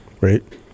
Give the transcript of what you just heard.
right